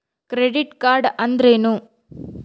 Credit card ಅಂದ್ರೇನು?